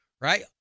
right